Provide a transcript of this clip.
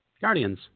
Guardians